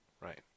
Right